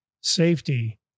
Safety